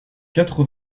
quatre